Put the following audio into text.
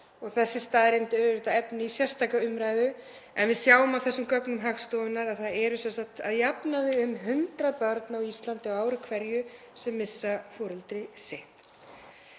Þessi staðreynd er auðvitað efni í sérstaka umræðu en við sjáum af þessum gögnum Hagstofunnar að það eru sem sagt að jafnaði um 100 börn á Íslandi á ári hverju sem missa foreldri sitt.